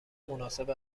مناسب